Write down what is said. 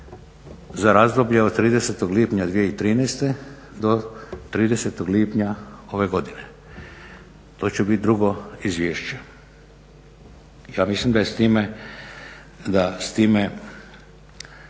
za razdoblje od 30. lipnja 2013. do 30. lipnja ove godine. To će biti drugo izvješće. Ja mislim da je s time,